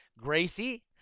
Gracie